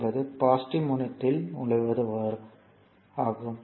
என்பது பாசிட்டிவ் முனையத்தில் நுழைவது ஆகும்